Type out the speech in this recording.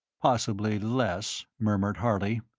possibly less, murmured harley.